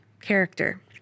character